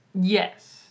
Yes